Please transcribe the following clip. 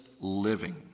living